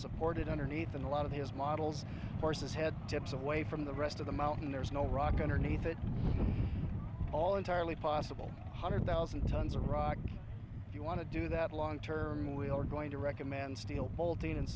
supported underneath and a lot of these models forces head tips away from the rest of the mountain there's no rock underneath it all entirely possible hundred thousand tons of rock if you want to do that long term we are going to recommend steel bolting and